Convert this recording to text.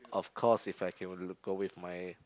of course if I can wanna go with my